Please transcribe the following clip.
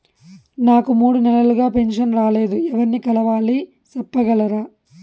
నాకు మూడు నెలలుగా పెన్షన్ రాలేదు ఎవర్ని కలవాలి సెప్పగలరా?